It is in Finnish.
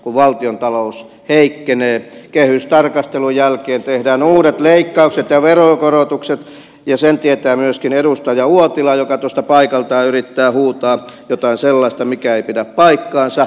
kun valtiontalous heikkenee kehystarkastelun jälkeen tehdään uudet leikkaukset ja veronkorotukset ja sen tietää myöskin edustaja uotila joka tuosta paikaltaan yrittää huutaa jotain sellaista mikä ei pidä paikkaansa